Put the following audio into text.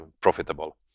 profitable